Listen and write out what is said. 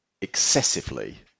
excessively